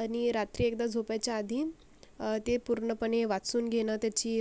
आणि रात्री एकदा झोपायच्या आधी ते पूर्णपणे वाचून घेणं त्याची